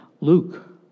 Luke